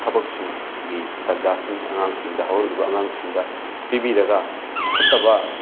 ꯊꯕꯛꯁꯤꯡꯒꯤ ꯇꯥꯟꯖꯥꯁꯤꯡ ꯑꯉꯥꯡꯁꯤꯡꯗ ꯍꯧꯔꯛꯂꯤꯕ ꯑꯉꯥꯡꯁꯤꯡꯗ ꯄꯤꯕꯤꯔꯒ ꯐꯠꯇꯕ